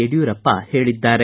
ಯಡಿಯೂರಪ್ಪ ಹೇಳಿದ್ದಾರೆ